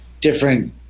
different